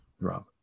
Rob